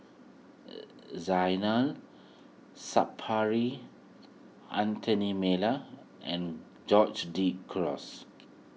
Zainal Sapari Anthony Miller and Geoge De Cruz